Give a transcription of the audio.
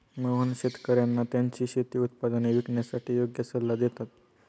मोहन शेतकर्यांना त्यांची शेती उत्पादने विकण्यासाठी योग्य सल्ला देतात